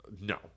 No